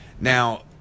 Now